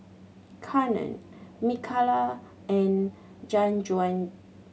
Conard Micaela and Jajuan